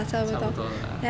差不多了啦